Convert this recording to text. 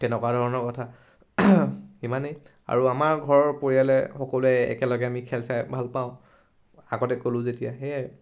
তেনেকুৱা ধৰণৰ কথা ইমানেই আৰু আমাৰ ঘৰৰ পৰিয়ালে সকলোৱে একেলগে আমি খেল চাই ভাল পাওঁ আগতে ক'লোঁ যেতিয়া সেয়াই